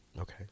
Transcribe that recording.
Okay